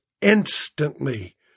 instantly